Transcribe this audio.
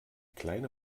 kleine